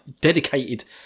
dedicated